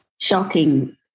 shocking